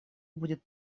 будет